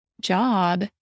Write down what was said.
job